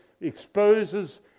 exposes